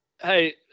Hey